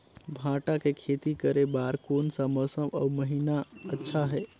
भांटा के खेती करे बार कोन सा मौसम अउ महीना अच्छा हे?